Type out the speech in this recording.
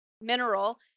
mineral